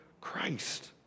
Christ